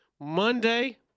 Monday